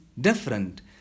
different